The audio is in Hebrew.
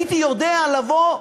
הייתי יודע לבוא,